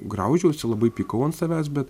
graužiausi labai pykau ant savęs bet